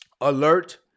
alert